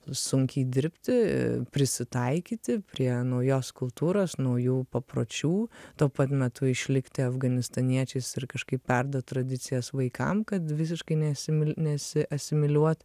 sunkiai dirbti prisitaikyti prie naujos kultūros naujų papročių tuo pat metu išlikti afganistaniečiais ir kažkaip perduot tradicijas vaikam kad visiškai neasimiliuot